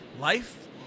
life